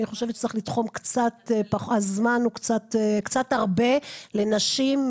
אני חושבת שצריך לתחום קצת הזמן הוא קצת הרבה לנשים.